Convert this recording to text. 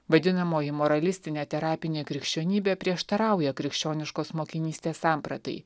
vadinamoji moralistinė terapinė krikščionybė prieštarauja krikščioniškos mokinystės sampratai